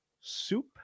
soup